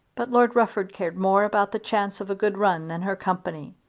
but lord rufford cared more about the chance of a good run than her company!